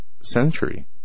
century